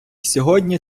сьогодні